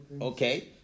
Okay